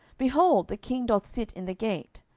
behold, the king doth sit in the gate.